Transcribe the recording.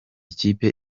kipe